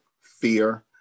fear